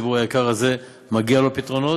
הציבור היקר הזה, מגיעים לו פתרונות,